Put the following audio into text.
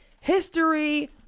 history